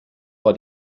war